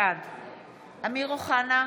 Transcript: בעד אמיר אוחנה,